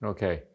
Okay